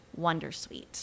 wondersuite